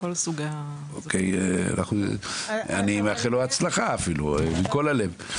מכל סוגי --- אני מאחל לו הצלחה מכל הלב.